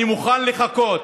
אני מוכן לחכות